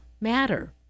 matter